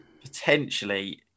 Potentially